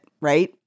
right